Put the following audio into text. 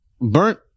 burnt